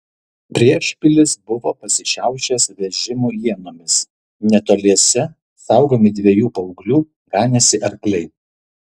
priešpilis buvo pasišiaušęs vežimų ienomis netoliese saugomi dviejų paauglių ganėsi arkliai